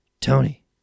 Tony